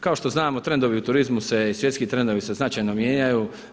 Kao što znamo, trendu u turizmu se i svjetski trendovi se značajno mijenjaju.